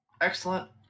excellent